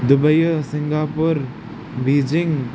Dubai Singapore Beijing